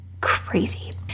crazy